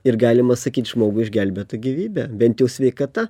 ir galima sakyt žmogui išgelbėta gyvybė bent jau sveikata